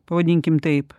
pavadinkim taip